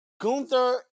Gunther